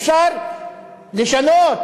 אפשר לשנות